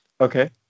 Okay